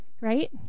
Right